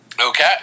Okay